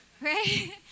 right